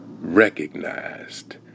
recognized